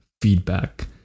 feedback